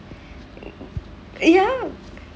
ya